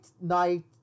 night